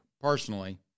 personally